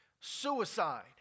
Suicide